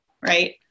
right